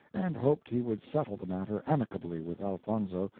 and hoped he would settle the matter amicably with elfonzo,